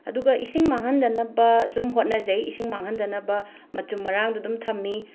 ꯑꯗꯨꯒ ꯏꯁꯤꯡ ꯃꯥꯡꯍꯟꯗꯅꯕ ꯁꯨꯝ ꯍꯣꯠꯅꯖꯩ ꯏꯁꯤꯡ ꯃꯥꯟꯍꯟꯗꯅꯕ ꯃꯆꯨꯝ ꯃꯔꯥꯡꯗꯣ ꯑꯗꯨꯝ ꯊꯝꯃꯤ